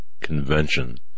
convention